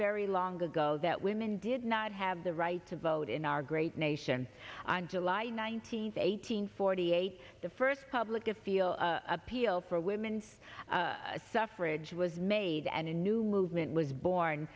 very long ago that women did not have the right to vote in our great nation on july nineteenth eighteen forty eight the first public to feel appeal for women's suffrage was made and a new movement was born